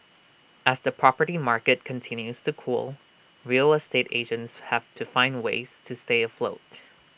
as the property market continues to cool real estate agents have to find ways to stay afloat